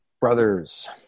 Brothers